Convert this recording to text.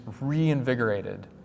reinvigorated